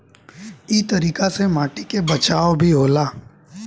इ तरीका से माटी के बचाव भी होला